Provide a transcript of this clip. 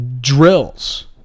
drills